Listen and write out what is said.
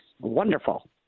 wonderful